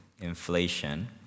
inflation